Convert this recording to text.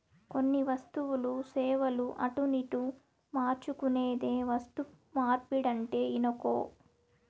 కొన్ని వస్తువులు, సేవలు అటునిటు మార్చుకునేదే వస్తుమార్పిడంటే ఇనుకో